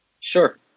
Sure